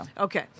Okay